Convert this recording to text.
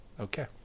Okay